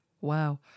Wow